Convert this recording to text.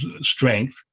strength